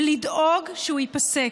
ולדאוג שהוא ייפסק.